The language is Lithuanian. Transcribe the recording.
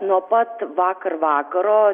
nuo pat vakar vakaro